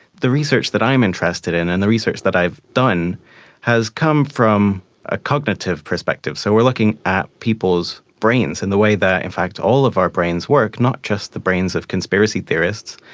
the research that i'm interested in and the research that i've done has come from a cognitive perspective. so we are looking at people's brains and the way that in fact all of our brains work, not just the brains of conspiracy theorists.